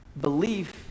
belief